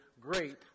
great